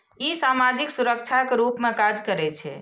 ई सामाजिक सुरक्षाक रूप मे काज करै छै